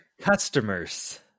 Customers